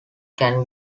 can